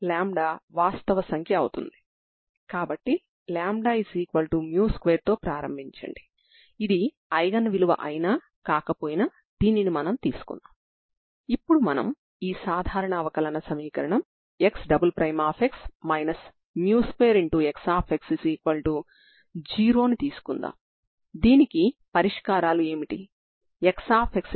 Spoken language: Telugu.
XxXxTtc2Tt లో చరరాశులు వేరుబడ్డాయి అంటే కుడి చేతివైపున x లలో వున్న ఫంక్షన్లు మరియు ఎడమ చేతి వైపున t లలో వున్న ఫంక్షన్ లు సమానం దీని అర్థం ఏమిటంటే వీటి విలువ స్థిరాంకం అవ్వాలి కాబట్టి దీనిని అనే పరిమితిగా అనుకోండి